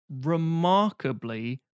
remarkably